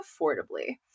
affordably